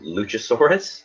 Luchasaurus